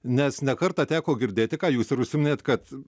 nes ne kartą teko girdėti ką jūs ir užsiminėt kad